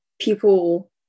people